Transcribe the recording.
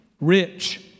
rich